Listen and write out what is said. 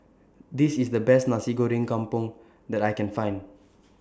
This IS The Best Nasi Goreng Kampung that I Can Find